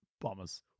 Bombers